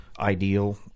ideal